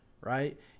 right